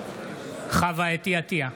חוה אתי עטייה,